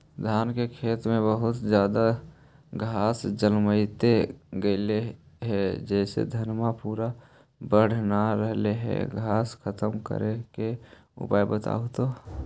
धान के खेत में बहुत ज्यादा घास जलमतइ गेले हे जेसे धनबा पुरा बढ़ न रहले हे घास खत्म करें के उपाय बताहु तो?